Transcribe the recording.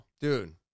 dude